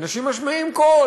אנשים משמיעים קול,